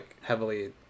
heavily